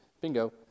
Bingo